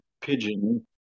pigeon